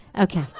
Okay